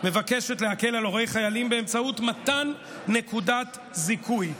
מבקשת להקל על הורי חיילים באמצעות מתן נקודת זיכוי.